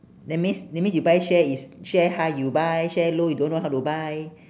that means that means you buy share is share high you buy share low you don't know how to buy